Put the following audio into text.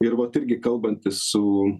ir vat irgi kalbantis su